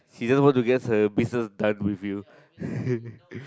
she just want to get her business done with you